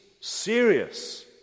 serious